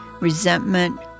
resentment